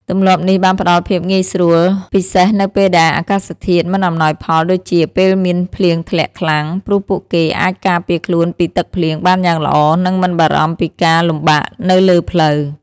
ទម្លាប់នេះបានផ្តល់ភាពងាយស្រួលពិសេសនៅពេលដែលអាកាសធាតុមិនអំណោយផលដូចជាពេលមានភ្លៀងធ្លាក់ខ្លាំង ព្រោះពួកគេអាចការពារខ្លួនពីទឹកភ្លៀងបានយ៉ាងល្អនិងមិនបារម្ភពីការលំបាកនៅលើផ្លូវ។